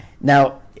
now